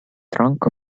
trunk